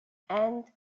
and